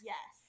Yes